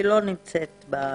היא לא נמצאת ברשימה.